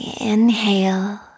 inhale